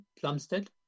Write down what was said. Plumstead